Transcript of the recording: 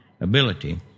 ability